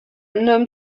homme